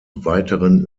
weiteren